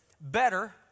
Better